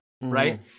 right